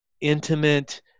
intimate